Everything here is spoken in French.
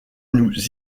nous